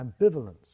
ambivalence